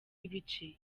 ibice